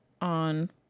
on